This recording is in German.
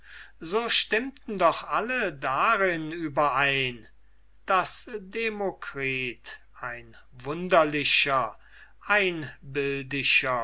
so stimmten doch alle darin überein daß demokritus ein wunderlicher einbildischer